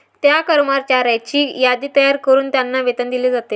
त्या कर्मचाऱ्यांची यादी तयार करून त्यांना वेतन दिले जाते